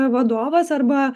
vadovas arba